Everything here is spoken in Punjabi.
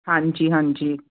ਹਾਂਜੀ ਹਾਂਜੀ